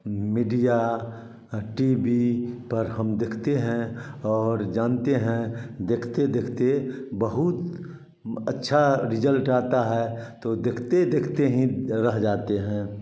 media TV पर हम देखते हैं और जानते हैं देखते देखते बहुत अच्छा रिजल्ट आता है तो देखते देखते ही रह जाते है